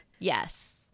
yes